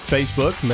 Facebook